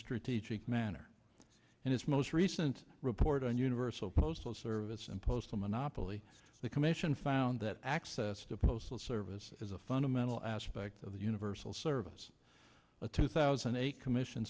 strategic manner and its most recent report on universal postal service and postal monopoly the commission found that access to postal service is a fundamental aspect of the universal service the two thousand a commission